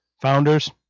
Founders